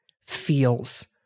feels